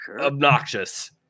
obnoxious